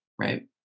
right